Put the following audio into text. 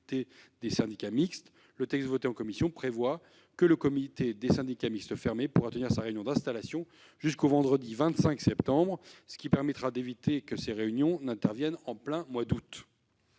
Le texte voté en commission vise à prévoir que le comité des syndicats mixtes fermés pourra tenir sa réunion d'installation jusqu'au vendredi 25 septembre, ce qui permettra d'éviter que ces réunions n'interviennent en plein mois d'août